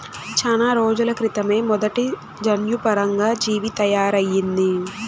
చానా రోజుల క్రితమే మొదటి జన్యుపరంగా జీవి తయారయింది